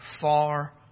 far